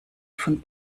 von